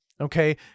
Okay